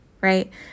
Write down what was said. right